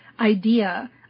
idea